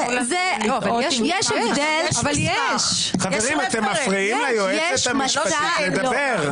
--- חברים, אתם מפריעים ליועצת המשפטית לדבר.